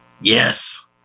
Yes